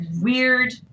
weird